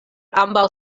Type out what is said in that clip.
ambaŭ